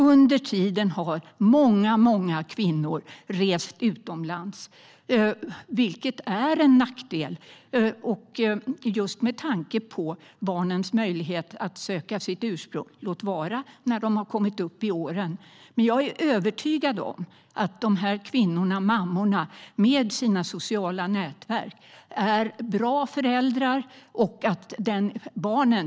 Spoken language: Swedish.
Under tiden har många kvinnor rest utomlands för insemination, vilket är en nackdel just med tanke på barnens möjligheter att söka sitt ursprung när de har kommit upp i åren. Men jag är övertygad om att dessa kvinnor med sina sociala nätverk är bra föräldrar.